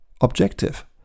objective